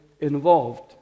involved